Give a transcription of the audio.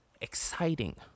exciting